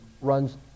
runs